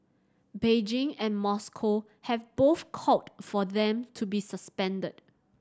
Beijing and Moscow have both called for them to be suspended